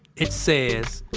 it says.